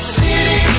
city